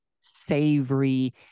savory